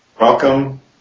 Welcome